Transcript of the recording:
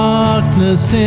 Darkness